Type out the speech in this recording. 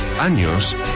años